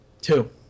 Two